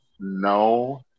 No